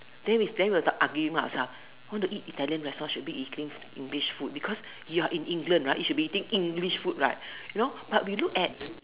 then we then we were arguing among ourselves want to eat Italian restaurant should be eating English food because you are in England right you should be eating English food right you know but we look at